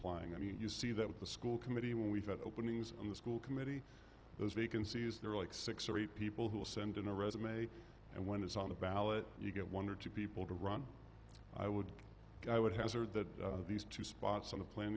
applying i mean you see that with the school committee when we've had openings in the school committee those vacancies there are like six or eight people who will send in a resume and when it's on the ballot you get one or two people to run i would i would hazard that these two spots on the plan